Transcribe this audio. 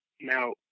now